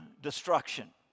destruction